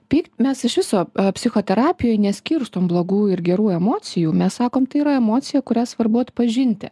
pykt mes iš viso psichoterapijoj neskirstom blogų ir gerų emocijų mes sakom tai yra emocija kurią svarbu atpažinti